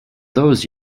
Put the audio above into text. those